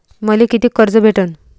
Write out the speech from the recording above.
मले कितीक कर्ज भेटन?